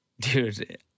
dude